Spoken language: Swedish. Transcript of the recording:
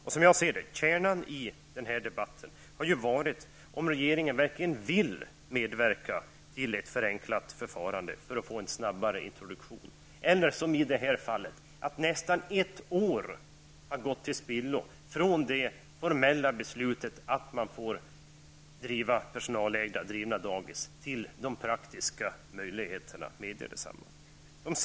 Kärnan i den här debatten är, som jag ser saken, frågan om huruvida regeringen verkligen vill medverka till ett förenklat förfarande för att få en snabbare introduktion. I det här aktuella fallet har nästan ett år gått till spillo från den tidpunkt då formellt beslut fattades om att man får bedriva personalägda dagis fram till dess att det varit möjligt att i praktiken tillämpa detta.